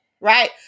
right